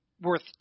worth